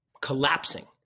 collapsing